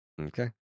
Okay